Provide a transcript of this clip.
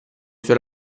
suoi